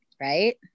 right